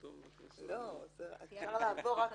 פתאום מכניסים לי -- אפשר לעבור רק